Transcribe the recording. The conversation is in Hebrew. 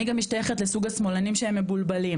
אני גם משתייכת לסוג השמאלנים שהם מבולבלים,